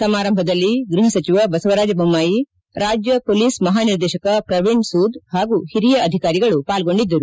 ಸಮಾರಂಭದಲ್ಲಿ ಗೃಪ ಸಚಿವ ಬಸವರಾಜ ಬೊಮ್ಥಾಯಿ ರಾಜ್ಯ ಮೊಲೀಸ್ ಮಹಾನಿರ್ದೇಶಕ ಪ್ರವೀಣ್ ಸೂದ್ ಪಾಗೂ ಹಿರಿಯ ಅಧಿಕಾರಿಗಳು ಪಾಲ್ಗೊಂಡಿದ್ದರು